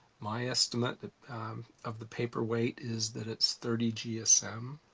my estimate of the paper weight is that it's thirty gsm.